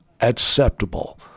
acceptable